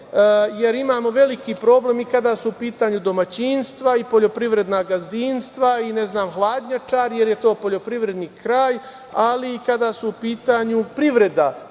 jer imamo veliki problem i kada su u pitanju domaćinstva i poljoprivredna gazdinstva i, ne znam, hladnjačar, jer je to poljoprivredni kraj, ali i kada su u pitanju privreda,